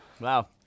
Wow